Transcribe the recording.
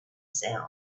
sound